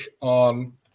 on